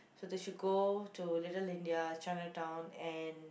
so they should go to Little-India Chinatown and